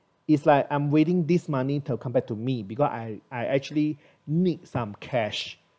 is like I'm waiting this money to come back to me because I I actually need some cash